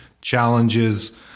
challenges